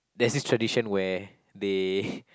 there's this tradition where they